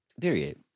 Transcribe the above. Period